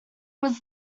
was